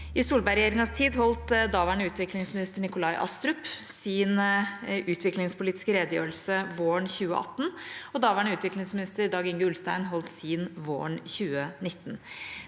I Solberg-regjeringas tid holdt daværende utviklingsminister Nikolai Astrup sin utviklingspolitiske redegjørelse våren 2018, og daværende utviklingsminister DagInge Ulstein holdt sin våren 2019.